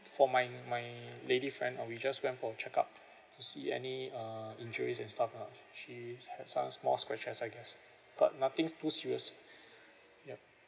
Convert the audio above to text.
for my my lady friend uh we just went for check up to see any uh injuries and stuff lah she had some small scratches I guess but nothing too serious yup